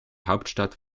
hauptstadt